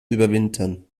überwintern